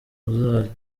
uzajya